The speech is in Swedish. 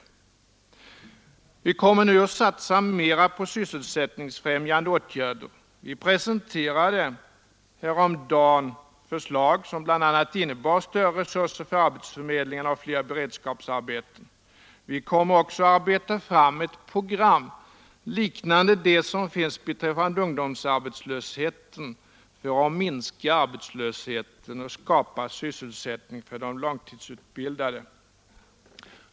Vi kommer nu att satsa mera på sysselsättningsfrämjande åtgärder. Vi presenterade häromdagen förslag som bl.a. innebär större resurser till arbetsförmedlingarna och fler beredskapsarbeten. Vi kommer också att arbeta fram ett program, liknande det som finns beträffande ungdomsarbetslösheten, för att minska arbetslösheten och skapa sysselsättning för de långtidsutbildade.